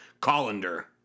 colander